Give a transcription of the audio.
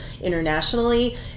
internationally